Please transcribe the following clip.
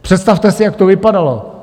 Představte si, jak to vypadalo.